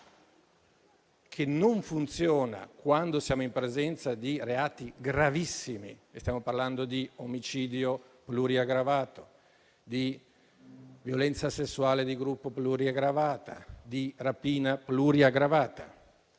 che non funziona quando siamo in presenza di reati gravissimi (stiamo parlando di omicidio pluriaggravato, di violenza sessuale di gruppo pluriaggravata, di rapina pluriaggravata).